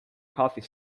coffee